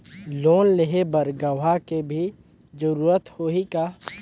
Loan लेहे बर गवाह के भी जरूरत होही का?